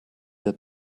der